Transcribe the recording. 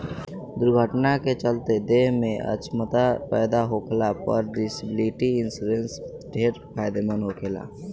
दुर्घटना के चलते देह में अछमता पैदा होखला पर डिसेबिलिटी इंश्योरेंस ढेरे फायदेमंद होखेला